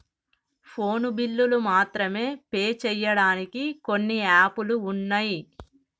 phone బిల్లులు మాత్రమే pay చెయ్యడానికి కొన్ని యాపులు వున్నయ్